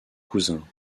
cousins